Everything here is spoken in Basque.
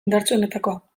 indartsuenetakoa